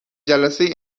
جلسه